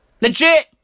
Legit